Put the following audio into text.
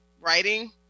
writing